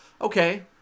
okay